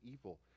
evil